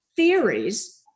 theories